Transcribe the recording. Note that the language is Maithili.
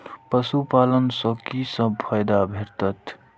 पशु पालन सँ कि सब फायदा भेटत?